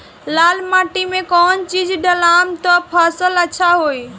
लाल माटी मे कौन चिज ढालाम त फासल अच्छा होई?